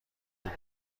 بوده